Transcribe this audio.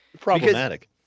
Problematic